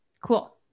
Cool